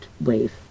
wave